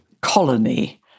colony